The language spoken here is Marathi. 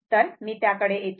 तर मी त्याकडे येतो